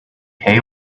hay